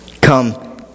come